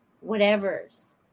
whatever's